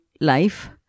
life